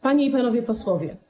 Panie i Panowie Posłowie!